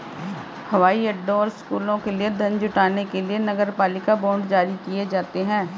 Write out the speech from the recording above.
हवाई अड्डों और स्कूलों के लिए धन जुटाने के लिए नगरपालिका बांड जारी किए जाते हैं